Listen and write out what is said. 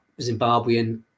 Zimbabwean